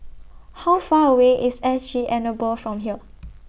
How Far away IS S G Enable from here